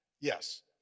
yes